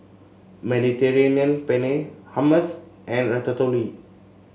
Mediterranean Penne Hummus and Ratatouille